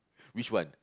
which one